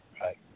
Right